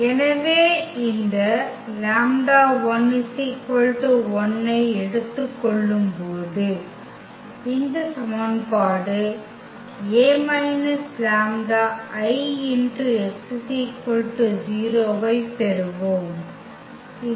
எனவே இந்த λ1 1 ஐ எடுத்துக் கொள்ளும்போது இந்த சமன்பாடு A − λI x 0 ஐப் பெறுவோம் இது